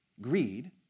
Greed